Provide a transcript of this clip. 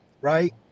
right